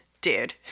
Dude